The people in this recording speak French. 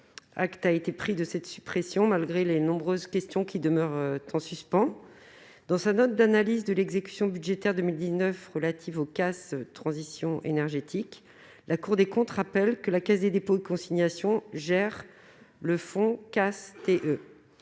acte a été pris de cette suppression, malgré les nombreuses questions qui demeurent temps suspens dans sa note d'analyse de l'exécution budgétaire 2019 relative au CAS Transition énergétique, la Cour des comptes, rappelle que la Caisse des dépôts et consignations gère le fonds casse